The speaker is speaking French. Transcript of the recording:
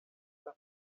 par